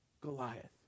Goliath